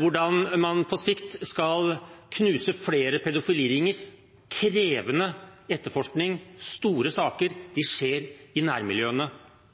hvordan man på sikt skal knuse flere pedofiliringer – krevende etterforskning og store saker skjer i nærmiljøene